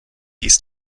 hieß